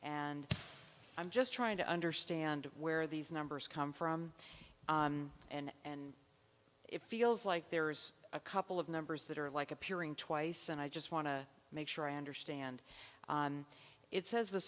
and i'm just trying to understand where these numbers come from and it feels like there's a couple of numbers that are like appearing twice and i just want to make sure i understand it says the